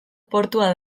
portua